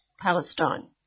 Palestine